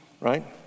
Right